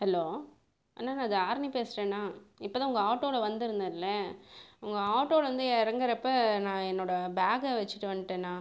hello அண்ணே நான் தாரணி பேசுகிறேண்ணா இப்போ தான் உங்கள் ஆட்டோவில் வந்துருந்தேன்ல உங்கள் ஆட்டோவிலேருந்து இறங்கறப்ப நான் என்னோட பேக் வெச்சுட்டு வந்துட்டேண்ணா